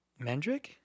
Mendrick